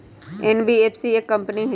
NBFC एक company हई?